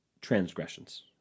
transgressions